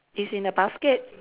it's in a basket